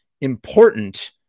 important